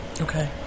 Okay